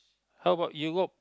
how about Europe